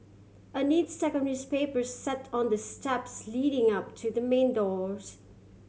a neat stack newspapers sat on the steps leading up to the main doors